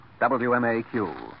WMAQ